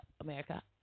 America